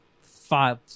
five